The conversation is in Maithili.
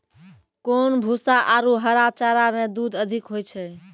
कोन भूसा आरु हरा चारा मे दूध अधिक होय छै?